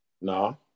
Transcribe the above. No